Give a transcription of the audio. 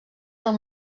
del